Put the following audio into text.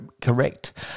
correct